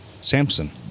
Samson